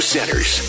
Centers